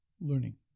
learning